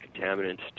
contaminants